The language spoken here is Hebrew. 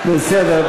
בסדר.